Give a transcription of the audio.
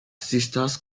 sisters